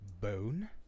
bone